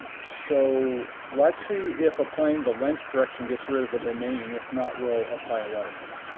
so let's see if applying the lens correction gets rid of the vignetting if not, we'll apply a watermark.